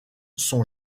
sont